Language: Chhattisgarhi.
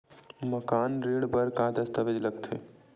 मकान ऋण बर का का दस्तावेज लगथे?